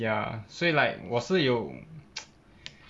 ya 所以 like 我是有